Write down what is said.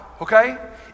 okay